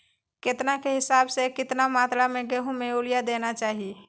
केतना के हिसाब से, कितना मात्रा में गेहूं में यूरिया देना चाही?